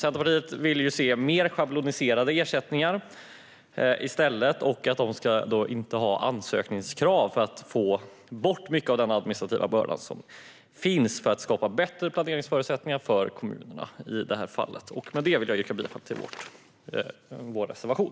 Centerpartiet vill i stället se mer schabloniserade ersättningar och att det inte ska finnas några ansökningskrav - detta för att man ska få bort mycket av den administrativa bördan och för att skapa bättre planeringsförutsättningar för kommunerna. Riksrevisionens rapport om kommun-ersättningar för migra-tion och integration Med detta vill jag yrka bifall till vår reservation.